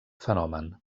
fenomen